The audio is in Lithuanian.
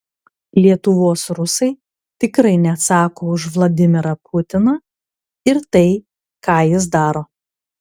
lietuvos rusai tikrai neatsako už vladimirą putiną ir tai ką jis daro